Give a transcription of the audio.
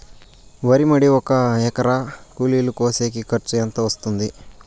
వరి మడి ఒక ఎకరా కూలీలు కోసేకి ఖర్చు ఎంత వస్తుంది?